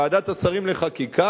ועדת השרים לחקיקה,